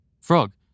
Frog